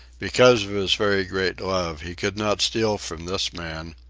because of his very great love, he could not steal from this man,